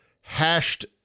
hashed